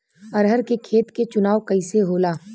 अरहर के खेत के चुनाव कइसे होला?